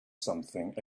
something